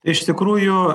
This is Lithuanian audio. iš tikrųjų